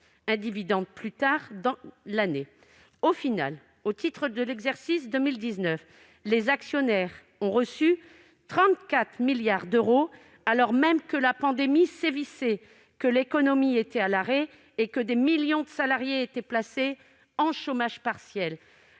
un dividende plus tard dans l'année. Au final, au titre de l'exercice 2019, les actionnaires ont reçu 34 milliards d'euros alors même que la pandémie sévissait, que l'économie était à l'arrêt et que des millions de salariés étaient placés en chômage partiel.